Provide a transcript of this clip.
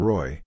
Roy